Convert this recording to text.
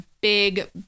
big